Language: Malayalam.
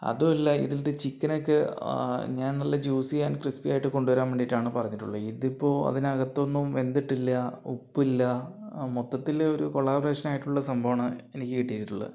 അതുമല്ല ഇതിലത്തെ ചിക്കനൊക്കെ ഞാൻ നല്ല ജ്യൂസി ആൻഡ് ക്രിസ്പിയായിട്ട് കൊണ്ടുവരാൻ വേണ്ടിയിട്ടാണ് പറഞ്ഞിട്ടുള്ളത് ഇതിപ്പോൾ അതിനകത്തൊന്നും വെന്തിട്ടില്ല ഉപ്പില്ല മൊത്തത്തിൽ ഒരു കൊളാബ്രേഷൻ ആയിട്ടുള്ള സംഭവമാണ് എനിക്ക് കിട്ടിയിട്ടുള്ളത്